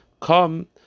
come